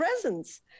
presence